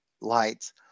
lights